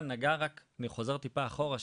אני חוזר טיפה אחורה,